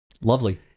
Lovely